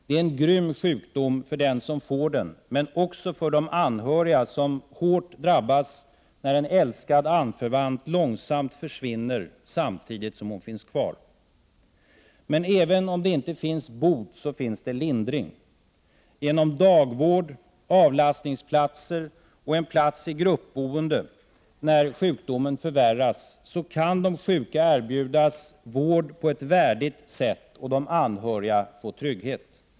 Den är en grym sjukdom för den som får den, men också för de anhöriga som hårt drabbas när en älskad anförvant långsamt försvinner samtidigt som hon finns kvar. Men även om det inte finns bot finns det lindring. Genom dagvård, avlastningsplatser och en plats i gruppboende när sjukdomen förvärras kan de sjuka erbjudas vård på ett värdigt sätt och de anhöriga få trygghet.